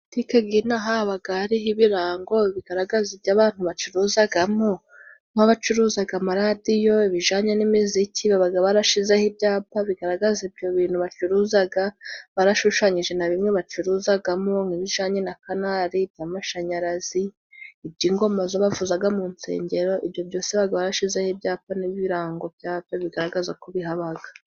Butike zinaha haba hariho ibirango bigaragaza ibyo abantu bacuruzamo nk'abacuruza amaradiyo, ibijyanye n'imiziki. Baba barashyizeho ibyapa bigaragaza ibyo bintu bacuruza barashushanyije na bimwe bacuruzamo n'ibijyanye na kanali, iby'amashanyarazi, iby'ingoma zo bavuza mu nsengero ibyo byose baba hashyizeho ibyapa n'ibirango byabyo bigaragaza ko bihaba.